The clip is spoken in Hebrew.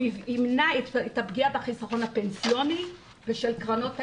זה ימנע את הפגיעה בחיסכון הפנסיוני וקרנות ההשתלמות.